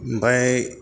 ओमफाय